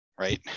right